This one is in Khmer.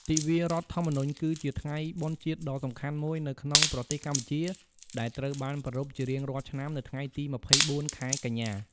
ទិវារដ្ឋធម្មនុញ្ញ គឺជាថ្ងៃបុណ្យជាតិដ៏សំខាន់មួយនៅក្នុងប្រទេសកម្ពុជា ដែលត្រូវបានប្រារព្ធជារៀងរាល់ឆ្នាំនៅថ្ងៃទី ២៤ ខែកញ្ញា។